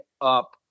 up